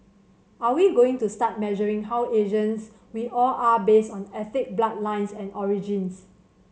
are we going to start measuring how Asians we all are based on ethnic bloodlines and origins